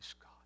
God